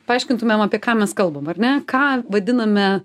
paaiškintumėm apie ką mes kalbam ar ne ką vadiname